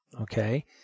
okay